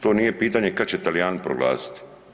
To nije pitanje kada će Talijani proglasiti.